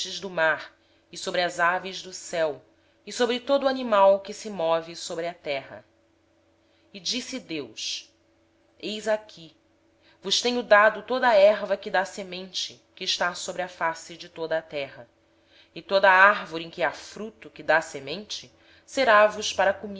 peixes do mar sobre as aves do céu e sobre todos os animais que se arrastam sobre a terra disse-lhes mais eis que vos tenho dado todas as ervas que produzem semente as quais se acham sobre a face de toda a terra bem como todas as árvores em que há fruto que dê semente ser vos ão para